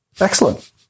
Excellent